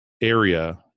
area